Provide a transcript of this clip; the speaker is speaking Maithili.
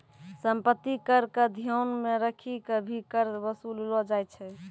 सम्पत्ति कर क ध्यान मे रखी क भी कर वसूललो जाय छै